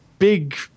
Big